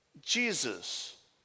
Jesus